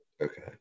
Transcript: Okay